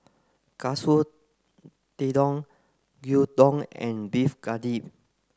Katsu Tendon Gyudon and Beef Galbi